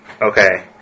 Okay